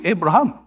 Abraham